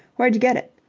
wherej get it?